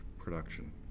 production